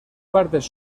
partes